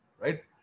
right